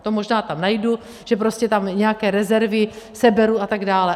To možná tam najdu, že prostě tam nějaké rezervy seberu a tak dále.